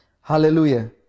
Hallelujah